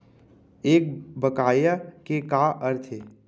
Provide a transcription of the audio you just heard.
एक बकाया के का अर्थ हे?